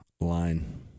line